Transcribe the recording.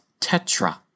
tetra